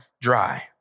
dry